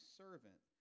servant